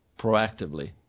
proactively